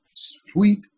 Sweet